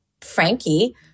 Frankie